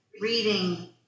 reading